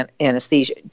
anesthesia